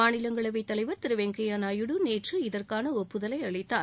மாநிலங்களவை தலைவர் திரு வெங்கையா நாயுடு நேற்று இதற்கான ஒப்புதலை அளித்தார்